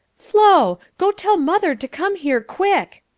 flo! go tell mother to come here quick!